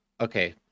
Okay